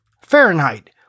Fahrenheit